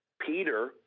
Peter